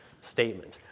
statement